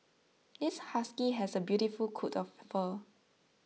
this husky has a beautiful coat of fur